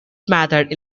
method